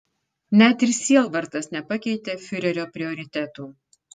net ir sielvartas nepakeitė fiurerio prioritetų